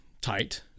tight